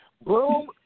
Bloom